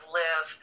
live